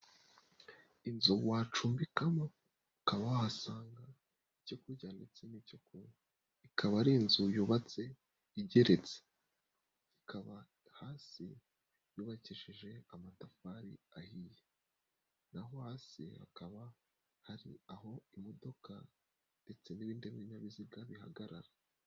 Inzu wacumbikamo ukaba wahasanga icyo kurya ndetse n'icyo kunywa. Ikaba ari inzu yubatse igeretse. Ikaba hasi yubakishije amatafari ahiye. Naho hasi hakaba hari aho imodoka ndetse n'ibindi binyabiziga bihagarara.